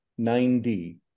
90